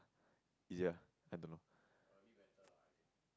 easier I don't know